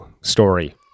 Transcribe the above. story